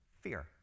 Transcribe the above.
Fear